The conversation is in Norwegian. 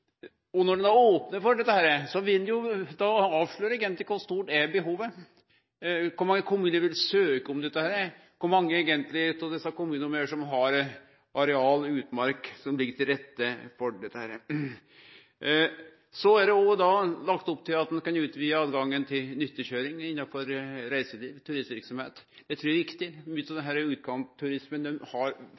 naturverdiane. Når ein opnar for dette, vil ein avsløre kor stort behovet eigentleg er, kor mange kommunar som vil søkje om dette, og kor mange av desse kommunane som eigentleg har areal og utmark som ligg til rette for dette. Det er òg lagt opp til at ein kan utvide høvet til nyttekøyring innanfor reiseliv og turistverksemd – det trur eg er riktig. Mykje av utkantturismen har veldig marginal økonomi, og i den